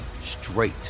straight